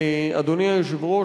אדוני היושב-ראש,